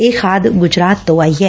ਇਹ ਖਾਦ ਗੁਜਰਾਤ ਤੋਂ ਆਈ ਏ